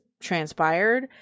transpired